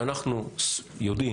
שאנחנו יודעים,